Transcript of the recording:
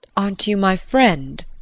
aren't you my friend?